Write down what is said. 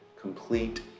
complete